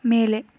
ಮೇಲೆ